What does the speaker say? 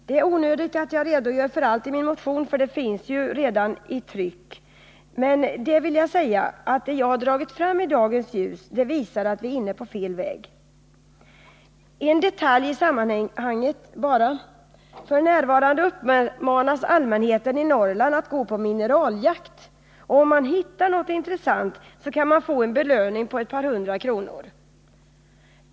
Det är onödigt att jag redogör för allt i min motion, för den finns ju redan i tryck. Men det vill jag säga, att det jag dragit fram i dagens ljus, det visar att vi är inne på fel väg. En detalj i sammanhanget bara: F. n. uppmanas allmänheten i Norrland att gå på mineraljakt, och om man hittar något intressant, så kan man få en belöning på ett par hundra kronor.